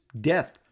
Death